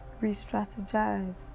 re-strategize